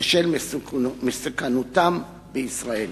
בשל מסוכנותם בישראל.